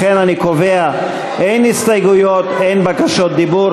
לכן אני קובע: אין הסתייגויות, אין בקשות דיבור.